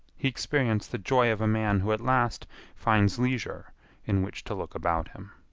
he experienced the joy of a man who at last finds leisure in which to look about him.